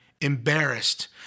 embarrassed